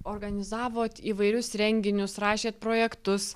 organizavot įvairius renginius rašėt projektus